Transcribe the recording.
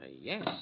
Yes